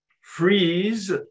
Freeze